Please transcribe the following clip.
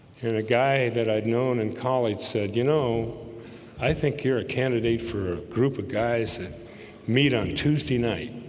you're the guy that i'd known and college said, you know i think you're a candidate for a group of guys and meet on tuesday night